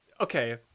okay